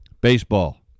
Baseball